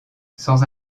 sans